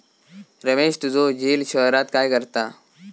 रमेश तुझो झिल शहरात काय करता?